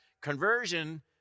conversion